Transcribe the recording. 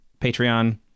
Patreon